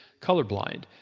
colorblind